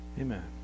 Amen